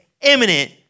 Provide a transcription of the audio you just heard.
imminent